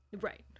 Right